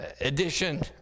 edition